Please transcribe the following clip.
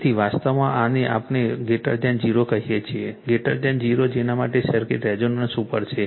તેથી વાસ્તવમાં આને આપણે 0 કહીએ છીએ 0 જેના માટે સર્કિટ રેઝોનન્સ ઉપર છે